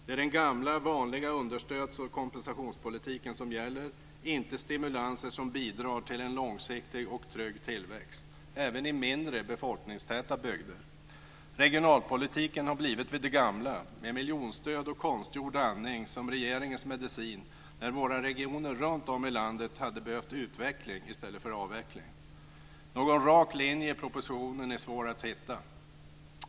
Det är den gamla vanliga understöds och kompensationspolitiken som gäller, inte stimulanser som bidrar till en långsiktig och trygg tillväxt även i mindre, befolkningstäta bygder. Regionalpolitiken har blivit vid det gamla, med miljonstöd och konstgjord andning som regeringens medicin, när våra regioner runt om i landet hade behövt utveckling i stället för avveckling. Någon rak linje i propositionen är svår att hitta.